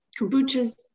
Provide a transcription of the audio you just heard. kombuchas